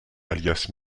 alias